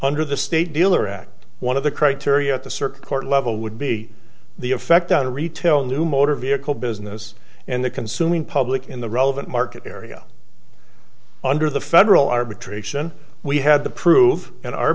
under the state dealer act one of the criteria at the circuit court level would be the effect on a retail new motor vehicle business and the consuming public in the relevant market area under the federal arbitration we had to prove